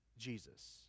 Jesus